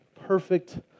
perfect